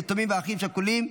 יתומים ואחים שכולים),